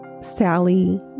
Sally